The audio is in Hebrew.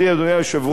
אדוני היושב-ראש,